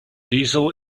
diesel